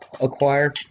acquire